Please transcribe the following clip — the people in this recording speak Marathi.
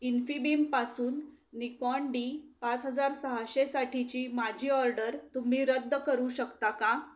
इन्फिबिमपासून निकॉन डी पाच हजार सहाशेसाठीची माझी ऑर्डर तुम्ही रद्द करू शकता का